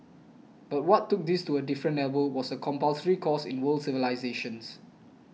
but what took this to a different level was a compulsory course in world civilisations